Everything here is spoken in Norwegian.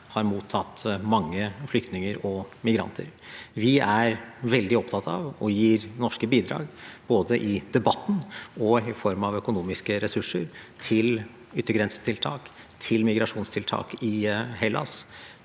har mottatt mange flyktninger og migranter. Vi er veldig opptatt av og gir norske bidrag, både i debatten og i form av økonomiske ressurser til yttergrensetiltak, til migrasjonstiltak i Hellas